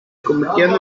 convirtieron